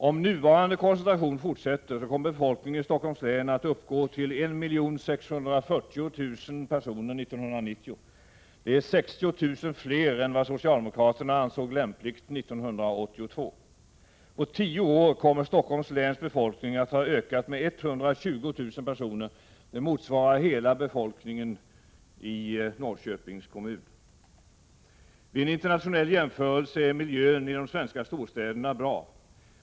Om nuvarande koncentration fortsätter, kommer befolkningen i Stockholms län att uppgå till 1 640 000 personer 1990. Det är 60 000 fler än vad socialdemokraterna ansåg lämpligt 1982. På tio år kommer Stockholms läns befolkning att ha ökat med 120 000 personer. Det motsvarar hela befolkningen i Norrköpings kommun. ; Vid en internationell jämförelse är miljön i de svenska storstäderna bra.